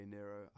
Nero